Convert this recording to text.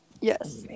Yes